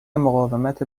مقاومت